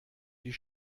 die